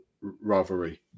rivalry